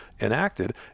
enacted